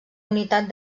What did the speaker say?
unitat